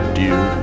dear